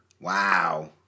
Wow